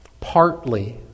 Partly